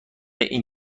این